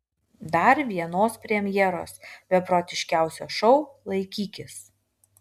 dar vienos premjeros beprotiškiausio šou laikykis